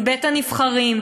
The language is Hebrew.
מבית-הנבחרים,